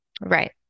right